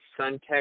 SunTech